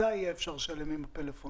מתי אפשר יהיה לשלם עם הפלאפון?